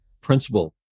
principle